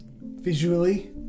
visually